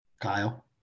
Kyle